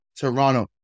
Toronto